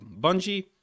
Bungie